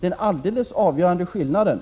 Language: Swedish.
Den alldeles avgörande skillnaden